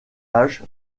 âge